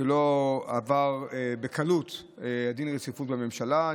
דין הרציפות לא עבר בקלות בממשלה.